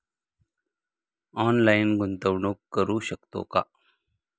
Online गुंतवणूक करू शकतो का?